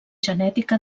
genètica